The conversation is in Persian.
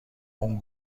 اون